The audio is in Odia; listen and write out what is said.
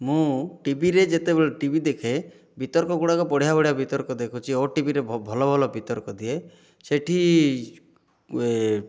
ମୁଁ ଟିଭିରେ ଯେତେବେଳେ ଟିଭି ଦେଖେ ବିତର୍କଗୁଡ଼ାକ ବଢ଼ିଆ ବଢ଼ିଆ ବିତର୍କ ଦେଖୁଛି ଓଟିଭିରେ ଭଲ ଭଲ ବିତର୍କ ଦିଏ ସେଠି ଉୟେ